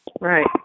Right